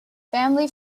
family